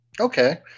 Okay